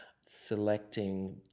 selecting